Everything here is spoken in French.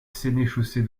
sénéchaussée